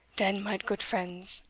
den, mine goot friends,